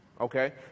Okay